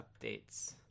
updates